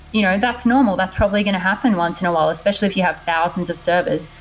you know that's normal. that's probably going to happen once in a while, especially if you have thousands of service.